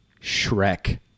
Shrek